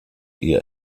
ihr